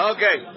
Okay